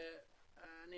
אני